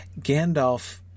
Gandalf